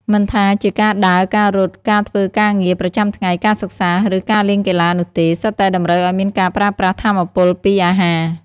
មិនថាជា ការដើរ ការរត់ ការធ្វើការងារ ប្រចាំថ្ងៃ ការសិក្សា ឬ ការលេងកីឡា នោះទេ សុទ្ធតែតម្រូវឱ្យមានការប្រើប្រាស់ថាមពលពីអាហារ។